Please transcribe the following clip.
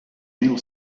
mil